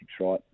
right